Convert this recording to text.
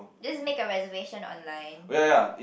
just make a reservation online